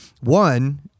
One